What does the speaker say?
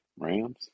Rams